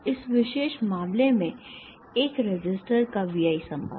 इस विशेष मामले में एक रेसिस्टर का VI संबंध